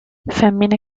femmine